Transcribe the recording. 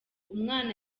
umwana